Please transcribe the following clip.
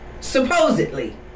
Supposedly